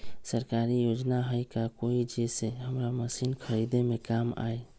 सरकारी योजना हई का कोइ जे से हमरा मशीन खरीदे में काम आई?